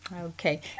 okay